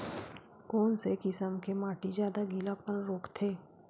कोन से किसम के माटी ज्यादा गीलापन रोकथे?